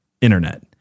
internet